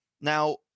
Now